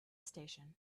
station